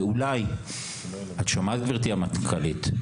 ואולי את שומעת גברתי המנכ"לית,